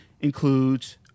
includes